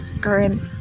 current